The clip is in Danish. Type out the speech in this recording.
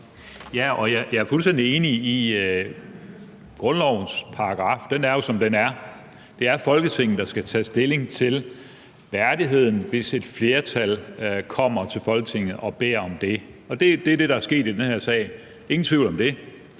Jeg er fuldstændig enig – grundlovens paragraf er jo, som den er, det er Folketinget, der skal tage stilling til værdigheden, hvis et flertal kommer til Folketinget og beder om det. Det er det, der er sket i den her sag, ingen tvivl om det.